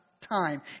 time